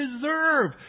deserve